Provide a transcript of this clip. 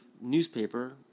newspaper